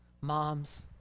moms